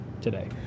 today